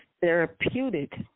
therapeutic